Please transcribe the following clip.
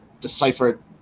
deciphered